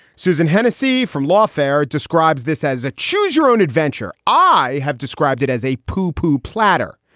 susan hennessey from lawfare describes this as a choose your own adventure. i have described it as a poo-poo platter.